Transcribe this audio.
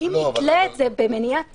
ואם נתלה את זה במניעה טכנית,